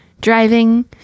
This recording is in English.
driving